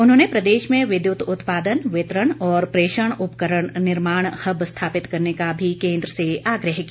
उन्होंने प्रदेश में विद्युत उत्पादन वितरण और प्रेशण उपकरण निर्माण हब स्थापित करने का भी केन्द्र से आग्रह किया